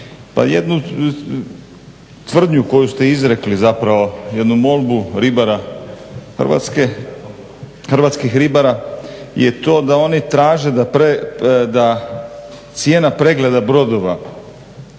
jednu tvrdnju koju ste izrekli zapravo jednu molbu ribara Hrvatske, hrvatskih ribara je to da oni traže da cijena pregleda brodova